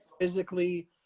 physically